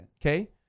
Okay